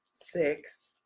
six